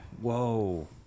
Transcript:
Whoa